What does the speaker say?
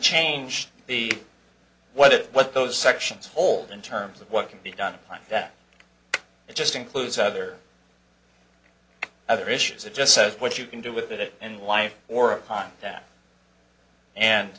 change the what it what those sections hold in terms of what can be done that it just includes other other issues it just says what you can do with it and why or upon that and